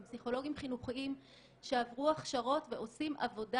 עם פסיכולוגיים חינוכיים שעברו הכשרות ועושים עבודה,